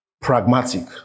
pragmatic